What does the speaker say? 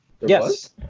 Yes